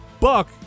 Buck